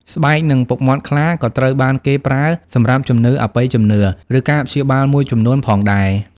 ស្បែក និងពុកមាត់ខ្លា ក៏ត្រូវបានគេប្រើសម្រាប់ជំនឿអបិយជំនឿ ឬការព្យាបាលមួយចំនួនផងដែរ។